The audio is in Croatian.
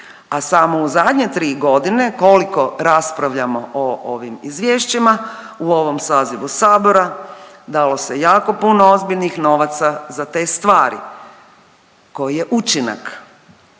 a samo u zadnje 3.g. koliko raspravljamo o ovim izvješćima u ovom sazivu sabora dalo se jako puno ozbiljnih novaca za te stvari. Koji je učinak?